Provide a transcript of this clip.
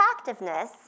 attractiveness